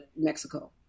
Mexico